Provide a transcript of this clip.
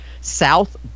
South